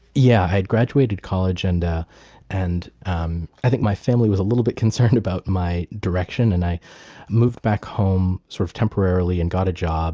yeah, i had graduated college. and and um i think my family was a little bit concerned about my direction, and i moved back home sort of temporarily and got a job